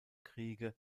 kriege